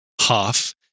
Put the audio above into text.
half